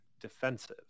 defensive